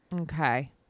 Okay